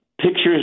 pictures